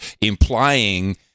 implying